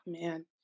Man